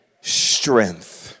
strength